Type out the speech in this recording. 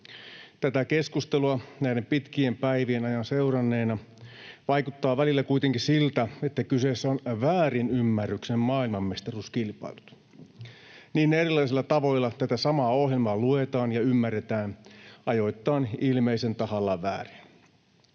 Tätä keskustelua näiden pitkien päivien ajan seuranneena vaikuttaa välillä kuitenkin siltä, että kyseessä ovat väärinymmärryksen maailmanmestaruuskilpailut. Niin erilaisilla tavoilla tätä samaa ohjelmaa luetaan ja ymmärretään, ajoittain ilmeisen tahallaan väärin.